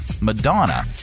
Madonna